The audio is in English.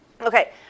Okay